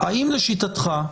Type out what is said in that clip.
האם לשיטתך,